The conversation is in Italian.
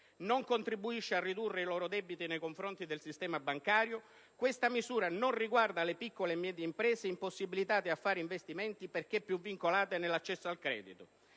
Non contribuisce a ridurre i loro debiti nei confronti del sistema bancario. Questa misura non riguarda le piccole e medie imprese, impossibilitate a fare investimenti perché più vincolate nell'accesso al credito.